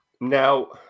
now